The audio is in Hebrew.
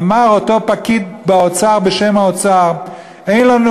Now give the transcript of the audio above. אמר אותו פקיד באוצר בשם האוצר: אין לנו,